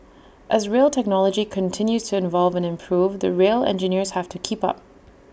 as rail technology continues to evolve and improve the rail engineers have to keep up